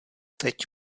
teď